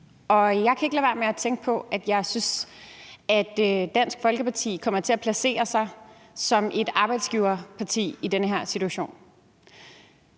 jeg kan ikke lade være med at tænke på, at jeg synes, at Dansk Folkeparti kommer til at placere sig som et arbejdsgiverparti i den her situation.